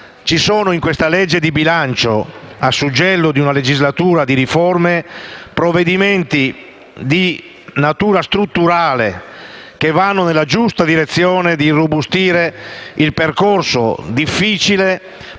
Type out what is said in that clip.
ci sono in questa legge di bilancio a suggello di una legislatura di riforme provvedimenti di natura strutturale che vanno nella giusta direzione di irrobustire il percorso difficile